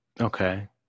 Okay